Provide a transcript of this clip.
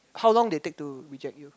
how long they take to reject you